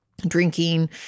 drinking